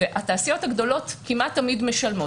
התעשיות הגדולות כמעט תמיד משלמות,